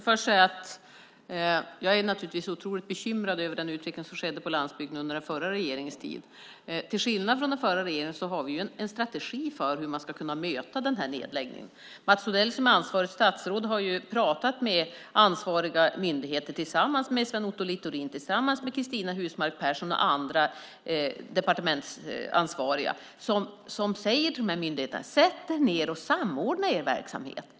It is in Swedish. Fru talman! Jag är naturligtvis otroligt bekymrad över den utveckling som skedde på landsbygden under den förra regeringens tid. Till skillnad från den förra regeringen har vi en strategi för hur man ska kunna möta den här nedläggningen. Mats Odell, som är ansvarigt statsråd, har tillsammans med Sven Otto Littorin, Cristina Husmark Pehrsson och andra departementsansvariga pratat med de ansvariga myndigheterna och sagt: Sätt er ned och samordna er verksamhet.